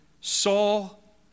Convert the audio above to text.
Saul